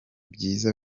byiza